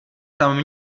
tam